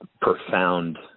profound